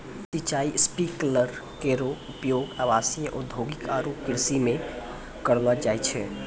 सिंचाई स्प्रिंकलर केरो उपयोग आवासीय, औद्योगिक आरु कृषि म करलो जाय छै